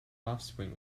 offspring